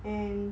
and